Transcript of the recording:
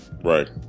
right